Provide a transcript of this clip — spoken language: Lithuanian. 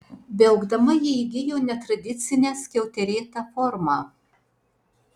beaugdama ji įgijo netradicinę skiauterėtą formą